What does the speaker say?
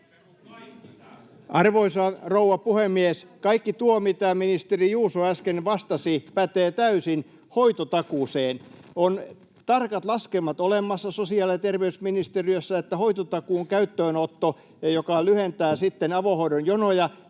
Arvoisa rouva puhemies! Kaikki tuo, mitä ministeri Juuso äsken vastasi, pätee täysin hoitotakuuseen. On tarkat laskelmat olemassa sosiaali- ja terveysministeriössä, että hoitotakuun käyttöönotto, joka lyhentää sitten avohoidon jonoja,